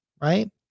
right